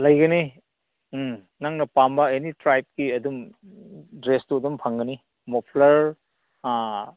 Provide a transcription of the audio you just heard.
ꯂꯩꯒꯅꯤ ꯎꯝ ꯅꯪꯅ ꯄꯥꯝꯕ ꯑꯦꯅꯤ ꯇ꯭ꯔꯥꯏꯕꯀꯤ ꯑꯗꯨꯝ ꯗ꯭ꯔꯦꯁꯇꯨ ꯑꯗꯨꯝ ꯐꯪꯒꯅꯤ ꯃꯣꯐ꯭ꯂꯔ ꯑꯥ